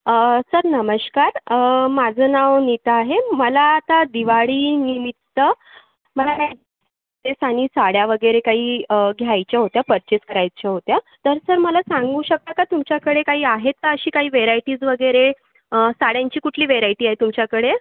अं sir नमस्कार अं माझं नाव नीता आहे मला आता दिवाळीनिमित्त मला काही ड्रेस आणि साड्या वगेरे काही घ्यायच्या होत्या पर्चेस करायच्या होत्या तर सर मला सांगू शकता का तुमच्याकडे काही आहेत का अशी काही व्हेराइटीज वगेरे अं साड्यांची कुठली व्हेरायटी आहे तुमच्याकडे